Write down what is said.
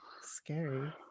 scary